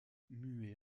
muet